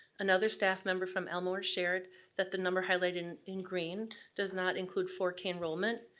another staff member from elmore shared that the number highlighted in in green does not include four k enrollment,